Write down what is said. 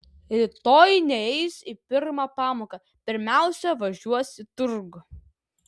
rytoj neis į pirmą pamoką pirmiausia važiuos į turgų